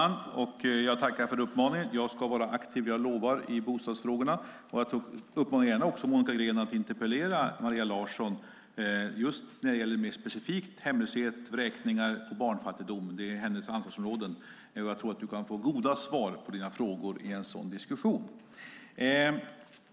Herr talman! Jag tackar för uppmaningen. Jag lovar att jag ska vara aktiv i bostadsfrågorna. Jag uppmanar också Monica Green att gärna interpellera Maria Larsson just när det gäller mer specifikt hemlöshet, vräkningar och barnfattigdom, som är hennes ansvarsområden. Jag tror att Monica Green kan få goda svar på sina frågor i en sådan diskussion.